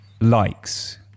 likes